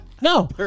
no